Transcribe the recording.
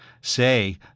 Say